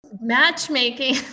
matchmaking